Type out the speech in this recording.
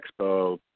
expo